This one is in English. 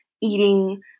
eating